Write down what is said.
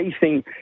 facing